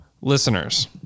listeners